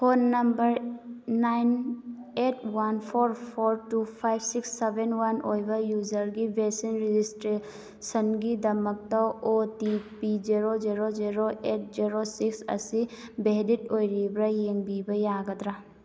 phone number nine eight one four four two five six seven one ꯑꯣꯏꯕ ꯌꯨꯖꯔꯒꯤ version ꯔꯦꯖꯤꯁꯇ꯭ꯔꯦꯁꯟꯒꯤꯗꯃꯛ O T P zero zero zero eight zero six ꯑꯁꯤ valid ꯑꯣꯏꯔꯤꯕ꯭ꯔ ꯌꯦꯡꯕꯤꯕ ꯌꯥꯒꯗ꯭ꯔ